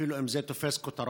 אפילו אם זה תופס כותרות,